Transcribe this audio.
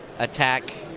Attack